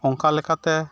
ᱚᱱᱠᱟ ᱞᱮᱠᱟᱛᱮ